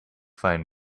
find